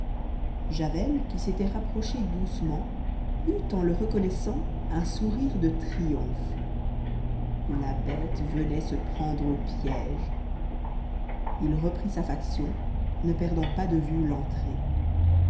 javel qui s'était rapproché doucement eut en le reconnaissant un sourire de triomphe la bête venait se prendre au piège il reprit sa faction ne perdant pas de vue l'entrée